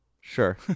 Sure